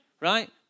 right